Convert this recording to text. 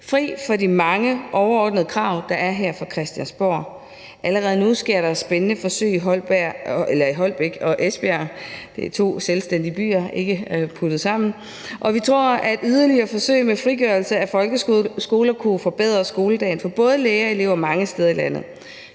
fri for de mange overordnede krav, der er her fra Christiansborg. Allerede nu sker der spændende forsøg i Holbjerg, undskyld, Holbæk og Esbjerg – det er to selvstændige byer, ikke puttet sammen – og vi tror, at yderligere forsøg med frigørelse af folkeskoler kunne forbedre skoledagen for både lærere og elever mange steder i landet.